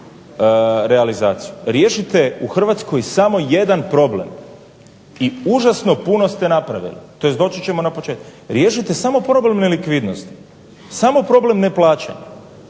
realizaciju. Riješite u Hrvatskoj samo jedan problem i užasno puno ste napravili, tj. doći ćemo na početak. Riješite samo problem nelikvidnosti, samo problem neplaćanja.